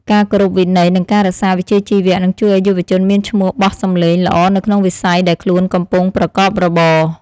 ការគោរពវិន័យនិងការរក្សាវិជ្ជាជីវៈនឹងជួយឱ្យយុវជនមានឈ្មោះបោះសម្លេងល្អនៅក្នុងវិស័យដែលខ្លួនកំពុងប្រកបរបរ។